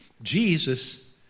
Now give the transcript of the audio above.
Jesus